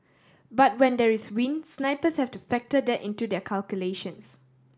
but when there is wind snipers have to factor that into their calculations